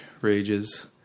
rages